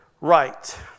right